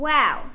Wow